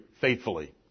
faithfully